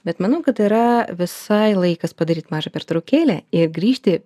bet manau kad tai yra visai laikas padaryt mažą pertraukėlę ir grįžti